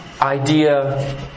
idea